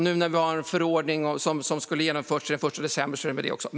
Nu när vi har en förordning som skulle ha genomförts till den 1 december gäller det den också.